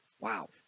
Wow